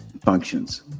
functions